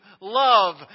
Love